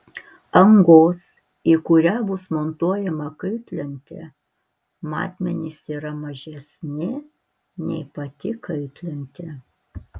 angos į kurią bus montuojama kaitlentė matmenys yra mažesni nei pati kaitlentė